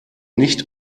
nicht